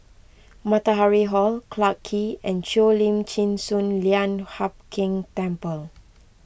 Matahari Hall Clarke Quay and Cheo Lim Chin Sun Lian Hup Keng Temple